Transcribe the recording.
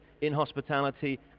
inhospitality